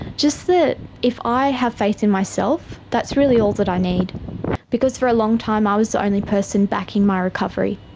just that if i have faith in myself, that's really all that i need because for a long time i was the only person backing my recovery,